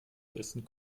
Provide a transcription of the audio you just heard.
dessen